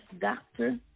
doctor